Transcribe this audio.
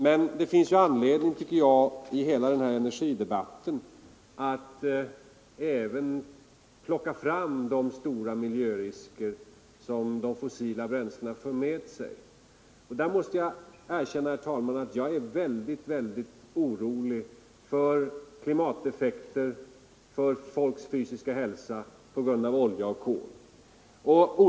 Men det finns anledning, tycker jag, att i hela energidebatten även plocka fram de stora miljörisker som de fossila bränslena för med sig. Och där måste jag erkänna, herr talman, att jag är väldigt orolig för klimateffekter och för folks fysiska hälsa på grund av användningen av olja och kol.